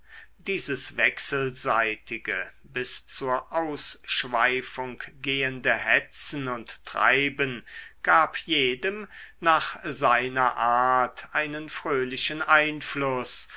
dieses wechselseitige bis zur ausschweifung gehende hetzen und treiben gab jedem nach seiner art einen fröhlichen einfluß